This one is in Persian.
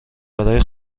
برای